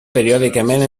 periòdicament